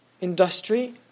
industry